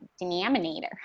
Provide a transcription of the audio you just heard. denominator